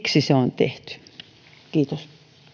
miksi se on tehty kiitos